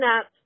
up